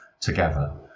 together